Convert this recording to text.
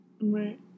Right